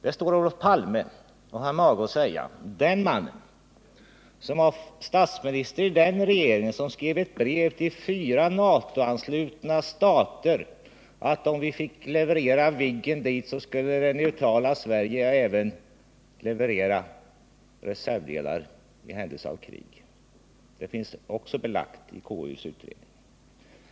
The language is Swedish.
Det har Olof Palme mage att säga — den man som var statsminister i den regering som skrev ett brev till fyra NATO-anslutna stater om att om vi fick leverera Viggen till dem, så skulle det neutrala Sverige även leverera reservdelar i händelse av krig. Det finns också belagt i KU:s utredning.